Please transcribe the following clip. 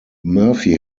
murphy